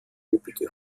obige